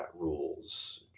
rules